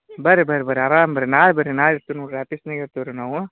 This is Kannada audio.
ಬರ್ರಿ ಬರ್ರಿ ಬರ್ರಿ ಅರಾಮ್ ಬರ್ರಿ ನಾಳೆ ಬರ್ರಿ ನಾಳೆ ಇರ್ತೀನಿ ನೋಡಿರಿ ಆಫೀಸ್ನಾಗೆ ಇರ್ತೀವಿ ರೀ ನಾವು